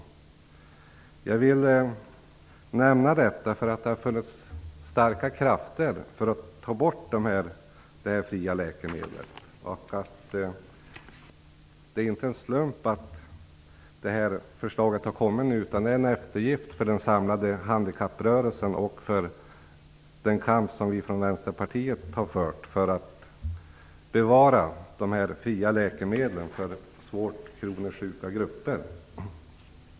Jag vill nämna detta därför att det har funnits starka krafter för att ta bort detta fria läkemedel. Det är inte en slump att det här förslaget har kommit nu, utan det är en eftergift för den samlade handikapprörelsen och för den kamp som vi från Vänsterpartiet har fört för att bevara de fria läkemedlen för svårt kroniskt sjuka.